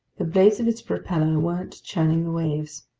the blades of its propeller weren't churning the waves.